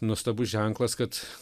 nuostabus ženklas kad